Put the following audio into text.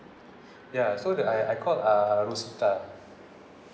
ya so the I I called uh rosetta